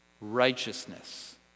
righteousness